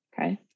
okay